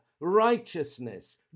righteousness